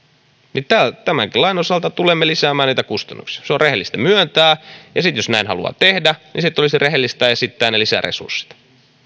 niin tämänkin lain osalta tulemme lisäämään niitä kustannuksia se on rehellistä myöntää jos näin haluaa tehdä niin sitten olisi rehellistä esittää ne lisäresurssit